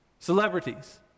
Celebrities